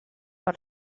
per